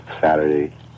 saturday